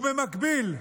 ובמקביל,